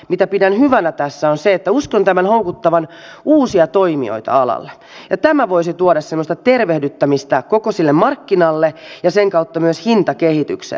mitä pidän hyvänä tässä on se että uskon tämän houkuttavan uusia toimijoita alalle ja tämä voisi tuoda semmoista tervehdyttämistä koko sille markkinalle ja sen kautta myös hintakehitykselle